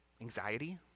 Anxiety